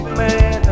man